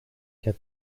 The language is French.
car